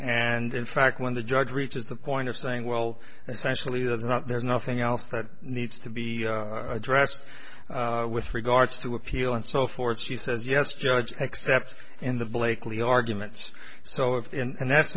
and in fact when the judge reaches the point of saying well essentially that's not there's nothing else that needs to be addressed with regards to appeal and so forth she says yes judge except in the blakely arguments so if and that's